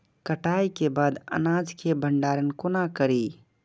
कटाई के बाद अनाज के भंडारण कोना करी?